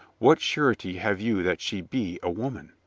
what surety have you that she be a woman?